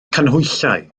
canhwyllau